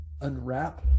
unwrap